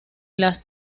las